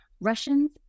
Russians